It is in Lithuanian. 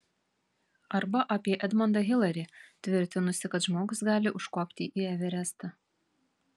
arba apie edmondą hilarį tvirtinusį kad žmogus gali užkopti į everestą